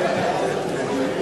ההצעה להעביר